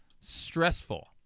stressful